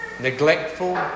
neglectful